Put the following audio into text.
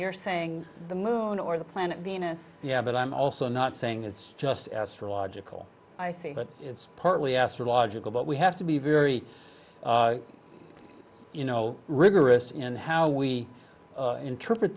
you're saying the moon or the planet venus yeah but i'm also not saying it's just astrological i say but it's partly astrological but we have to be very you know rigorous in how we interpret